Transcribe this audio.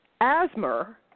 Asthma